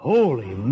Holy